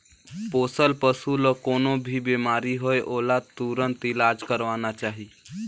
पोसल पसु ल कोनों भी बेमारी होये ओला तुरत इलाज करवाना चाही